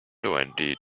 twenty